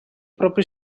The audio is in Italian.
propri